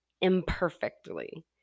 imperfectly